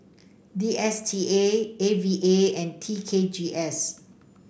D S T A A V A and T K G S